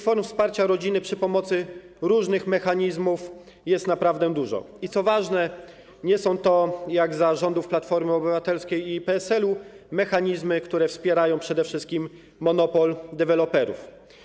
Form wsparcia rodziny przy pomocy różnych mechanizmów jest naprawdę dużo i, co ważne, nie są to, jak za rządów Platformy Obywatelskiej i PSL-u, mechanizmy, które wspierają przede wszystkim monopol deweloperów.